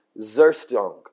Zerstung